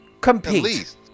Compete